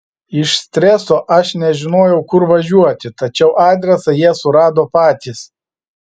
iš streso aš nežinojau kur važiuoti tačiau adresą jie surado patys